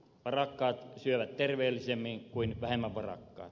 varakkaat syövät terveellisemmin kuin vähemmän varakkaat